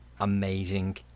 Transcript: amazing